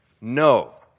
No